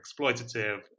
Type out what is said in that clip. exploitative